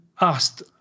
asked